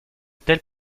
tels